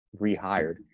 rehired